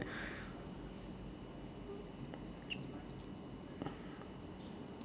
uh